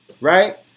Right